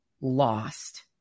lost